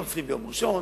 הנוצרים ביום ראשון.